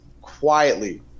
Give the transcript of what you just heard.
quietly